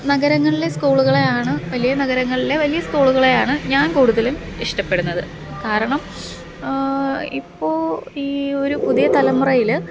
നഗരങ്ങളിലെ സ്കൂളുകളെയാണ് വലിയ നഗരങ്ങളിലെ വലിയ സ്കൂളുകളെയാണ് ഞാന് കൂടുതലും ഇഷ്ടപ്പെടുന്നത് കാരണം ഇപ്പോൾ ഈയൊരു പുതിയ തലമുറയില്